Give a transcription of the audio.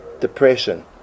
depression